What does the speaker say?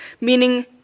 meaning